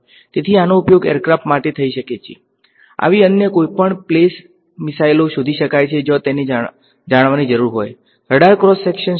તેથી આનો ઉપયોગ એરક્રાફ્ટ માટે થઈ શકે છે આવી અન્ય કોઇપણ પ્લે મિસાઇલો મોકલી શકાય છે જ્યાં તેને જાણવાની જરૂર હોય છે રડાર ક્રોસ સેક્શન શું છે